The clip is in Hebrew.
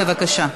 בבקשה.